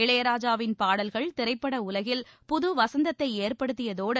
இளையராஜாவின் பாடல்கள் திரைப்பட உலகில் புது வசந்தத்தை ஏற்படுத்தியதோடு